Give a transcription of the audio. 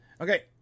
Okay